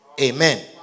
Amen